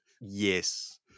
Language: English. yes